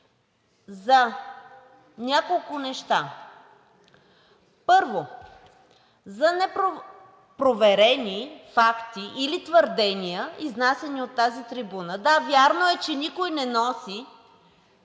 за няколко неща. Първо, за непроверени факти или твърдения, изнасяни от тази трибуна. Да, вярно е, че никой не носи